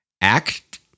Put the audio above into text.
act